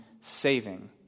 saving